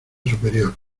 superior